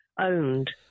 owned